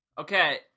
Okay